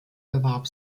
bewarb